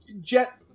Jet